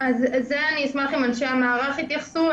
אני אשמח אם אנשי המערך יתייחסו לזה.